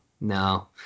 no